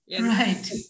right